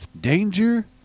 Danger